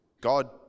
God